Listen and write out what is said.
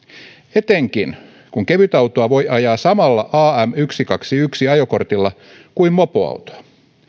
etenkin kun kevytautoa voi ajaa samalla am yksi kaksi yksi ajokortilla kuin mopoautoa